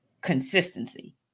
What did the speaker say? Consistency